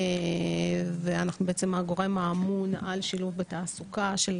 ואנחנו הגורם האמון על שילוב בתעסוקה של